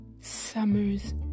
Summers